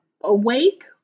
awake